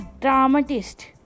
dramatist